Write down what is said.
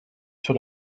sur